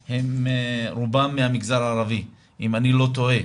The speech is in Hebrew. הם רובם מהמגזר הערבי, אם אני לא טועה.